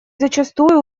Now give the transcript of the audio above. зачастую